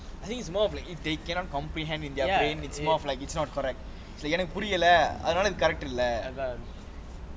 I think it's more of like if they cannot comprehend in there ya in a more of like it's not correct so எனக்கு புரியல அதனால:enakku puriyala athanaala correct இல்லை:illai